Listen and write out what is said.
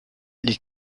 les